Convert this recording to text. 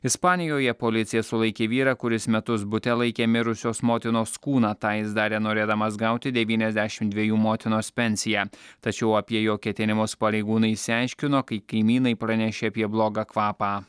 ispanijoje policija sulaikė vyrą kuris metus bute laikė mirusios motinos kūną tą jis darė norėdamas gauti devyniasdešim dvejų motinos pensiją tačiau apie jo ketinimus pareigūnai išsiaiškino kai kaimynai pranešė apie blogą kvapą